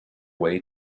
way